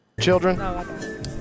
Children